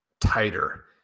tighter